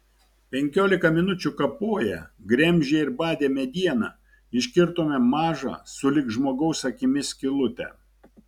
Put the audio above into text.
penkiolika minučių kapoję gremžę ir badę medieną iškirtome mažą sulig žmogaus akimi skylutę